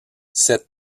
cette